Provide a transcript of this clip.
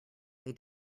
they